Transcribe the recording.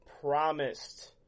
promised